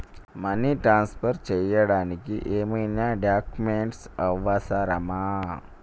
Money transfer చేయడానికి ఏమైనా documents అవసరమా?